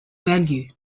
value